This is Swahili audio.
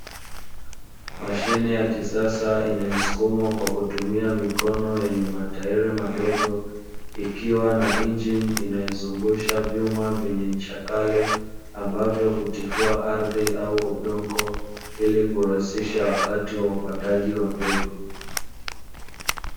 Mashine ya kisasa inayosukumwa kwa kutumia mikono yenye matahiri madogo ikiwa na injini inayozungusha vyuma vyenye incha kali, zinazotifua ardhi au udongo ili kurahisisha wakati wa upandaji wa mbegu.